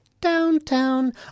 downtown